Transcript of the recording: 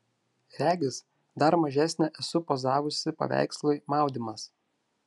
regis dar mažesnė esu pozavusi paveikslui maudymas